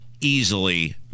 easily